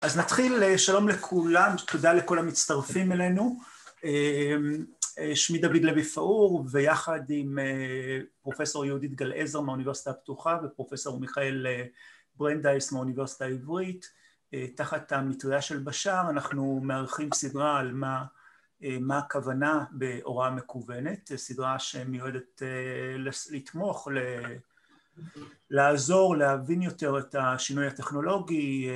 אז נתחיל, שלום לכולם, תודה לכל המצטרפים אלינו. שמי דוד לוי פאור, ויחד עם פרופסור יהודית גל-עזר מהאוניברסיטה הפתוחה ופרופסור מיכאל ברנדאייס מהאוניברסיטה העברית. תחת המטריה של בשער אנחנו מארחים סדרה על מה מה הכוונה בהוראה מקוונת, סדרה שמיועדת לתמוך, לעזור, להבין יותר את השינוי הטכנולוגי.